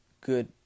good